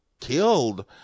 killed